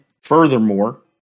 furthermore